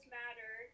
matter